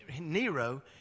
Nero